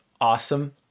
awesome